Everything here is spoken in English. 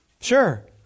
Sure